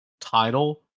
title